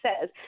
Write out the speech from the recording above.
says